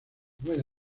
fuera